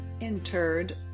interred